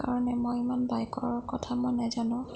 কাৰণে মই ইমান বাইকৰ কথা মই নেজানো